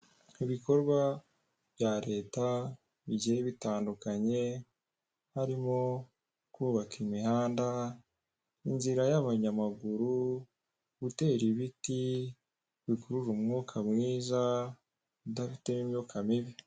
Ibikorwa bya Leta bigiye bitandukanye harimo kubaka imihanda, inzira y'abanyamaguru, gutera ibiti, bikurura umwuka mwiza udafitemo imyuka mibi.